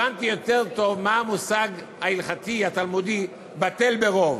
הבנתי יותר טוב את המושג ההלכתי התלמודי "בטל ברוב".